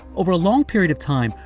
over a long period of time,